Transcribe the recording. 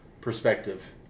perspective